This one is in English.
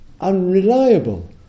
unreliable